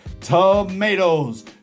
tomatoes